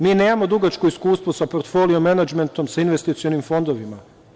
Mi nemamo dugačko iskustvo sa portfoliom menadžmentom, sa investicionom fondovima.